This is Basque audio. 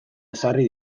ezarri